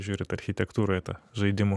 žiūrit architektūroj į tą žaidimų